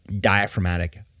diaphragmatic